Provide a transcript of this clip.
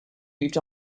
moved